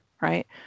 Right